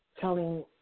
telling